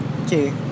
Okay